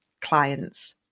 clients